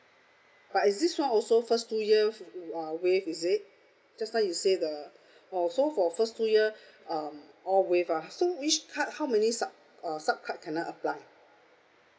but is this [one] also first two year uh waive is it just now you say the oh so for first two year um all waive ah so each card how many sub uh sub card can I apply